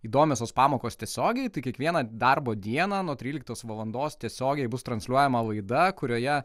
įdomiosios pamokos tiesiogiai tai kiekvieną darbo dieną nuo tryliktos valandos tiesiogiai bus transliuojama laida kurioje